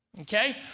Okay